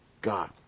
God